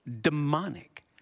demonic